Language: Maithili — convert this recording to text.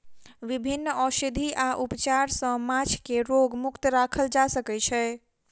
विभिन्न औषधि आ उपचार सॅ माँछ के रोग मुक्त राखल जा सकै छै